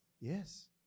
Yes